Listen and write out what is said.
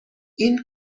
این